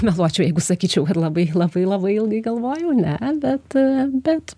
meluočiau jeigu sakyčiau kad labai labai labai ilgai galvojau ne bet ee bet